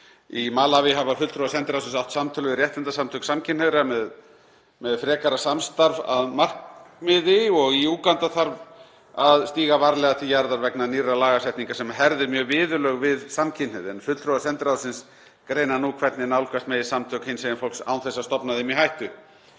Í Malaví hafa fulltrúar sendiráðsins átt samtöl við réttindasamtök samkynhneigðra með frekara samstarf að markmiði og í Úganda þarf að stíga varlega til jarðar vegna nýrrar lagasetningar sem herðir mjög viðurlög við samkynhneigð en fulltrúar sendiráðsins greina nú hvernig nálgast megi samtök hinsegin fólks án þess að stofna þeim í hættu.